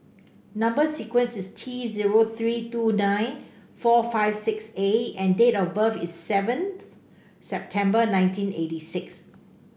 number sequence is T zero three two nine four five six A and date of birth is seventh September nineteen eighty six